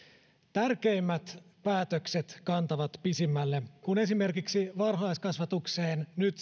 tärkeimmät päätökset kantavat pisimmälle kun esimerkiksi varhaiskasvatukseen nyt